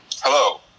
Hello